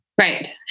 Right